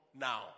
now